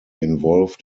involved